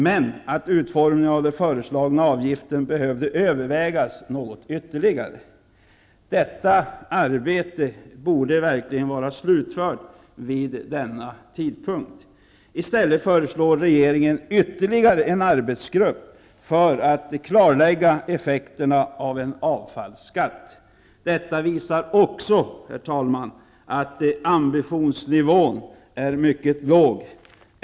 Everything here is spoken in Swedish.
Men det sades också att utformningen av den föreslagna avgiften behövde övervägas ytterligare något. Detta arbete borde verkligen vara slutfört vid denna tidpunkt. Men i stället föreslår regeringen att ytterligare en arbetsgrupp tillsätts för att klarlägga effekterna av en avfallsskatt. Också detta visar, herr talman, att ambitionsnivån är mycket låg.